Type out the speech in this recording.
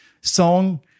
song